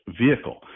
vehicle